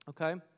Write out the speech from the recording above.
Okay